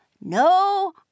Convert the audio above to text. no